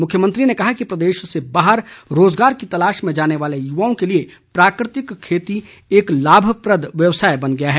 मुख्यमंत्री ने कहा कि प्रदेश से बाहर रोजगार की तलाश में जाने वाले युवाओं के लिए प्राकृतिक खेती एक लाभप्रद व्यवसाय बन गया है